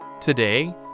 Today